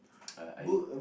uh I need